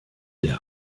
der